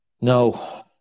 No